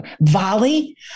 Volley